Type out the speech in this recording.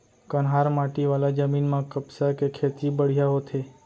कन्हार माटी वाला जमीन म कपसा के खेती बड़िहा होथे